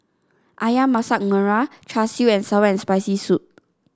ayam Masak Merah Char Siu and sour and Spicy Soup